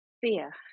fear